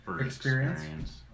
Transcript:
experience